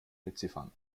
beziffern